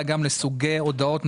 מיסוי בשוק הדיור,